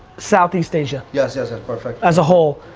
south east asia. yes, yes, perfect. as a whole,